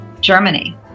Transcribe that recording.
Germany